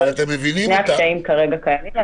שני הקשיים כרגע קיימים.